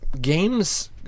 games